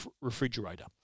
refrigerator